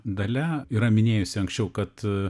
dalia yra minėjusi anksčiau kad